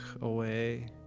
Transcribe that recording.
away